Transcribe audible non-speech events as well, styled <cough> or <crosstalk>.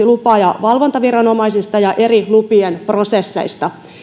<unintelligible> lupa ja valvontaviranomaisista ja eri lupien prosesseista